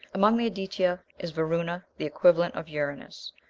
among the aditya is varuna, the equivalent of uranos,